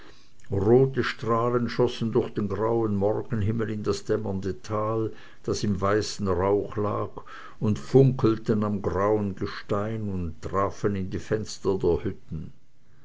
rote strahlen schossen durch den grauen morgenhimmel in das dämmernde tal das im weißen rauch lag und funkelten am grauen gestein und trafen in die fenster der hütten